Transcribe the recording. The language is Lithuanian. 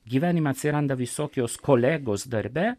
gyvenime atsiranda visokios kolegos darbe